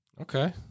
Okay